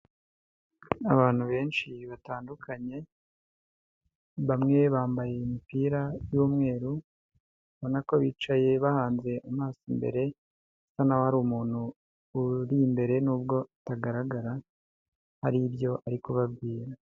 Abantu benshi batandukanye, bamwe bambaye imipira y'umweru, urababona ko bicaye bahanze amaso imbere, ndabona hari umuntu uri imbere nubwo atagaragara, hari ibyo ari kubabwira.